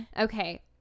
okay